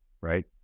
right